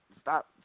stop